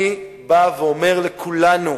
אני בא ואומר לכולנו,